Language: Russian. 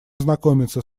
знакомиться